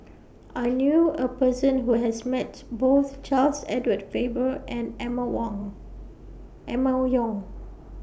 I knew A Person Who has Met Both Charles Edward Faber and Emma Wang Emma Yong